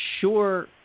sure